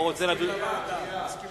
מסכים